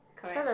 correct